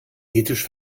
ethisch